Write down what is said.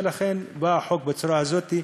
ולכן בא החוק בצורה הזאת.